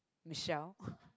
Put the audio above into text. Michelle